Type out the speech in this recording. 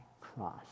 cross